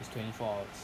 is twenty four hours